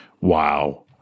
Wow